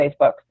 Facebook